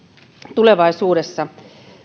tulevaisuudessa